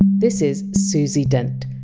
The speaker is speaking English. this is susie dent.